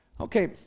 Okay